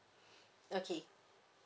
okay